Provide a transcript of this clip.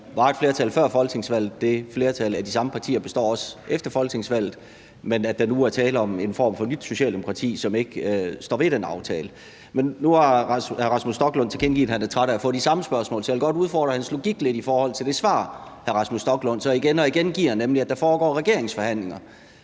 der var et flertal før folketingsvalget, og at det flertal af de samme partier også består efter folketingsvalget, men at der nu er tale om en form for nyt Socialdemokrati, som ikke står ved den aftale. Men nu har hr. Rasmus Stoklund tilkendegivet, at han er træt af at få de samme spørgsmål, så jeg vil godt udfordre hans logik lidt i forhold til det svar, hr. Rasmus Stoklund så igen og igen giver, nemlig at der foregår regeringsforhandlinger.